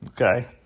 okay